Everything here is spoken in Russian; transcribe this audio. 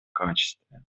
качестве